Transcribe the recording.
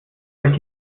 euch